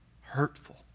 hurtful